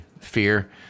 fear